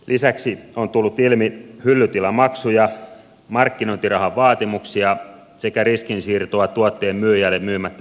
lisäksi on tullut ilmi hyllytilamaksuja markkinointirahan vaatimuksia sekä riskin siirtoa tuotteen myyjälle myymättä jääneistä tuotteista